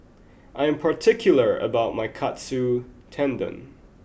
I am particular about my Katsu Tendon